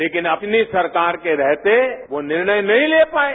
लेकिन अपनी सरकार के रहते वो निर्णय नहीं ले पाये